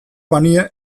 banie